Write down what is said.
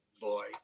boy